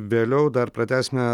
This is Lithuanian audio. vėliau dar pratęsime